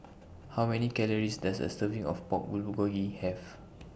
How Many Calories Does A Serving of Pork Bulgogi Have